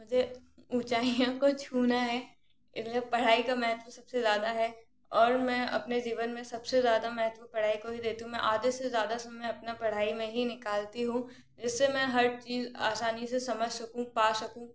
मुझे ऊँचाइयों को छूना है इसलिए पढ़ाई का महत्व सबसे ज़्यादा है और मैं अपने जीवन में सबसे ज़्यादा महत्व पढ़ाई को ही देती हूँ मैं आधे से ज़्यादा समय अपना पढ़ाई में ही निकालती हूँ जिससे मैं हर चीज़ आसानी से समझ सकूँ पा सकूँ